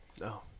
No